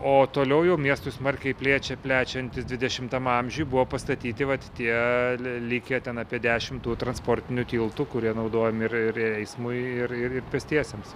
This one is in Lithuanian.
o toliau miestui smarkiai plečia plečiantis dvidešimtam amžiui buvo pastatyti vat tie likę ten apie dešimt tų transportinių tiltų kurie naudojami ir eismui ir ir pėstiesiems